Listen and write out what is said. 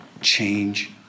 change